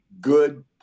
good